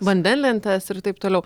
vandenlentės ir taip toliau